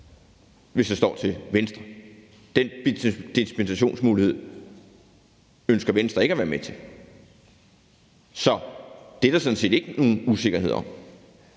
hvis det står til Venstre. Den dispensationsmulighed ønsker Venstre ikke at være med til at give. Så det er der sådan set ikke nogen usikkerhed om.